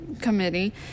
Committee